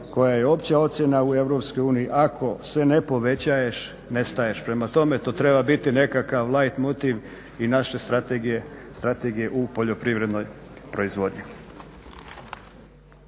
Koja je opća ocjena u EU ako se ne povećaješ, nestaješ, prema tome to treba biti nekakav light motiv i naše strategije u poljoprivrednoj proizvodnji.